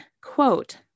quote